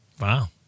Wow